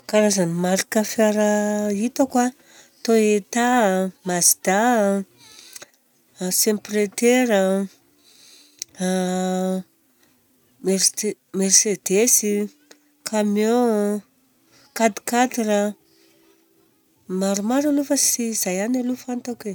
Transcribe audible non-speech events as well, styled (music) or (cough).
Karazana marika fiara hitako an: TOYOTA, mazda, (hesitation) Sprinter, (hesitation) mercedes, camion, quatre quatre a. Maromaro aloha fa izay ihany aloha fantako e.